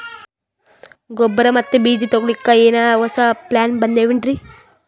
ಗೊಬ್ಬರ ಮತ್ತ ಬೀಜ ತೊಗೊಲಿಕ್ಕ ಎನರೆ ಹೊಸಾ ಪ್ಲಾನ ಬಂದಾವೆನ್ರಿ?